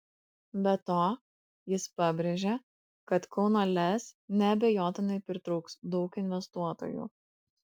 be to jis pabrėžė kad kauno lez neabejotinai pritrauks daug investuotojų